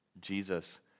Jesus